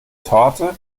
torte